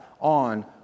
on